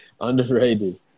Underrated